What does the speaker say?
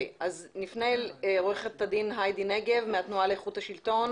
נפנה אל עורך הדין היידי נגב מהתנועה לאיכות השלטון,